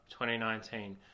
2019